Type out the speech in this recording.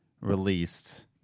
released